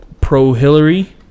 pro-Hillary